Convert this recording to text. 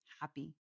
happy